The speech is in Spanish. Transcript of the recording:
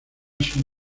son